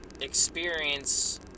experience